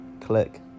click